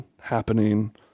happening